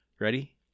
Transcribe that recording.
Ready